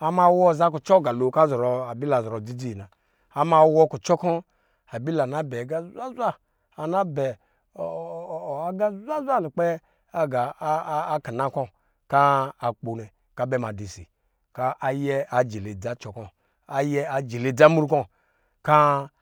ama wɔ aza kucɔ agalo kɔ azɔrɔ dzidzi na ama wɔ kucɔnkɔ abila ana bɛ aga zwazwa lukpɛ aga akina kɔ akpo nɛ kɔ abɛ ma dɔ osi kɔ abɛ ma dɔ osi kɔ ayɛ a jili dza cɔkɔ ayɛ ajili dzamru kɔ ka